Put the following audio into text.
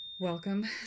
Welcome